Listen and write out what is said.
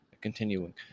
continuing